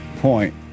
point